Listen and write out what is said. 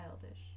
childish